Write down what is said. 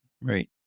right